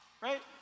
right